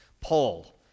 Paul